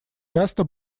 часто